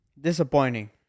Disappointing